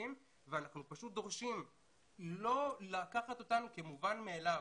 הקרובים ואנחנו פשוט דורשים לא לקחת אותנו כמובן מאליו.